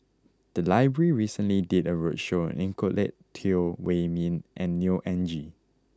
the library recently did a roadshow on Nicolette Teo Wei min and Neo Anngee